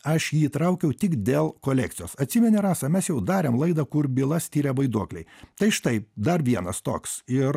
aš jį įtraukiau tik dėl kolekcijos atsimeni rasa mes jau darėm laidą kur bylas tyrė vaiduokliai tai štai dar vienas toks ir